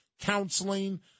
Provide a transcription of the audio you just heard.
counseling